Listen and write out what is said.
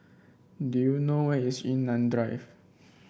do you know where is Yunnan Drive